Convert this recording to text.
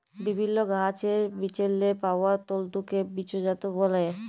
বিভিল্ল্য গাহাচের বিচেল্লে পাউয়া তল্তুকে বীজজাত ব্যলে